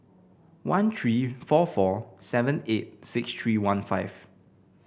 one three four four seven eight six three one five